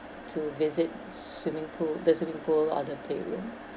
to visit swimming pool the swimming pool or the playroom